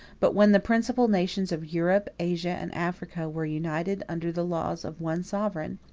but when the principal nations of europe, asia, and africa were united under the laws of one sovereign,